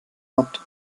habt